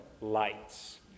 lights